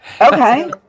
okay